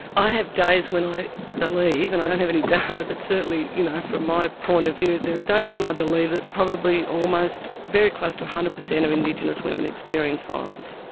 i have days when i believe, and i don't have any data, but certainly you know from my point of view, there are days when i believe that probably almost very close to one hundred percent of indigenous women experience violence.